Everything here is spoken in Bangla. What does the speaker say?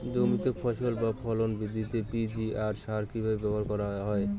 জমিতে ফসল বা ফলন বৃদ্ধিতে পি.জি.আর সার কীভাবে ব্যবহার করা হয়?